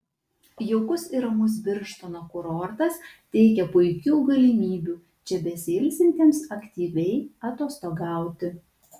jaukus ir ramus birštono kurortas teikia puikių galimybių čia besiilsintiems aktyviai atostogauti